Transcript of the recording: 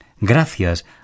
Gracias